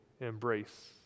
embrace